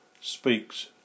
speaks